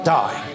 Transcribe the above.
die